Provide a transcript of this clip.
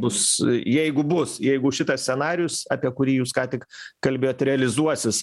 bus jeigu bus jeigu šitas scenarijus apie kurį jūs ką tik kalbėjot realizuosis